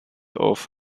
auf